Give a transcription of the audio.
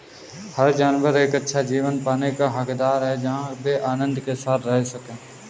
हर जानवर एक अच्छा जीवन पाने का हकदार है जहां वे आनंद के साथ रह सके